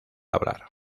hablar